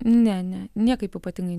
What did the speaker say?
ne ne niekaip ypatingai